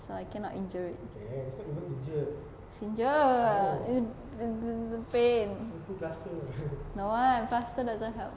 so I cannot injured it it's injured it's pain don't want plaster doesn't help